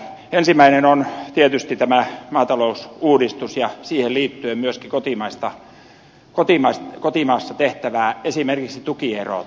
ensimmäinen on tietysti tämä maatalousuudistus ja siihen liittyen myöskin kotimaassa tehtävää esimerkiksi tukierot